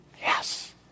Yes